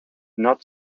not